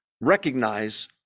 recognize